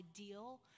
ideal